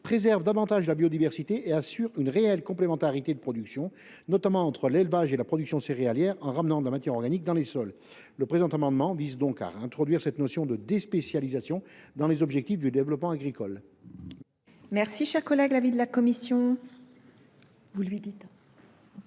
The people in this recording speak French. de protéger la biodiversité et assure une réelle complémentarité de production, notamment entre l’élevage et la production céréalière, en ramenant de la matière organique dans les sols. Le présent amendement tend donc à introduire la notion de déspécialisation parmi les objectifs du développement agricole. Quel est l’avis de la commission